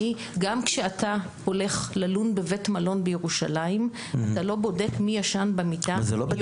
אני גם כשאתה הולך ללון בבית מלון בירושלים אתה לא בודק מי ישן במיטה.